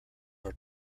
are